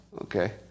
okay